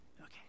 Okay